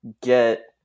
get